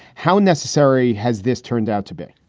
how necessary has this turned out to be?